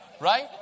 right